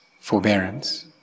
forbearance